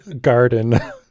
garden